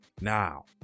now